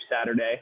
Saturday